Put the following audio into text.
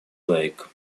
lake